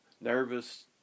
Nervous